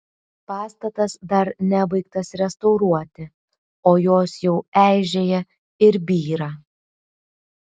pastatas dar nebaigtas restauruoti o jos jau eižėja ir byra